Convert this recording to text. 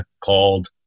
called